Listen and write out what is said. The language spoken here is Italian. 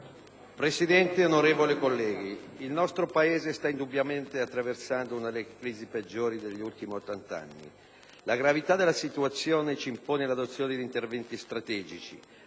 Presidente, onorevoli colleghi, il nostro Paese sta indubbiamente attraversando una delle crisi peggiori degli ultimi 80 anni. La gravità della situazione ci impone l'adozione di interventi strategici